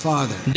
Father